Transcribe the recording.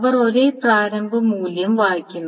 അവർ ഒരേ പ്രാരംഭ മൂല്യം വായിക്കുന്നു